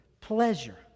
pleasure